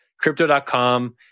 Crypto.com